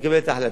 איפה שכן,